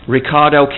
Ricardo